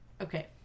okay